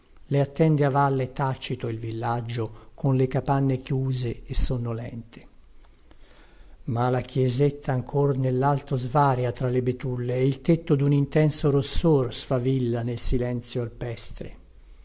le attende a valle tacito il villaggio con le capanne chiuse e sonnolente ma la chiesetta ancor nellalto svaria tra le betulle e il tetto dun intenso rossor sfavilla nel silenzio alpestre